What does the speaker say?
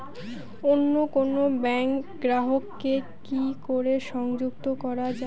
অন্য কোনো ব্যাংক গ্রাহক কে কি করে সংযুক্ত করা য়ায়?